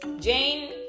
Jane